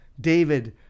David